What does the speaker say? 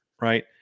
right